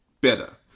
better